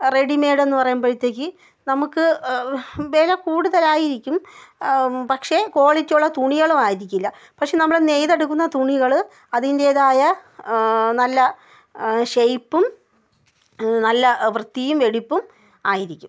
readymade എന്ന് പറയുമ്പഴ്ത്തേക്കും നമുക്ക് വില കൂടുതലായിരിക്കും പക്ഷേ ക്വാളിറ്റിയുള്ള തുണികളും ആയിരിക്കില്ല പക്ഷേ നമ്മൾ നെയ്തെടുക്കുന്ന തുണികൾ അതിന്റേതായ നല്ല ഷേയ്പ്പും നല്ല വൃത്തിയും വെടിപ്പും ആയിരിക്കും